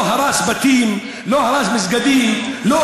לא הרס בתים, לא הרס מסגדים, לא